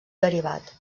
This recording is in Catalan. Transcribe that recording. derivat